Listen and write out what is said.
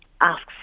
asks